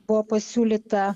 buvo pasiūlyta